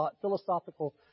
philosophical